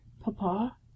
Papa